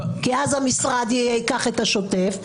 כי אז המשרד ייקח את השוטף,